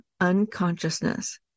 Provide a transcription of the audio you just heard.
unconsciousness